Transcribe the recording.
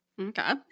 Okay